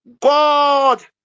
God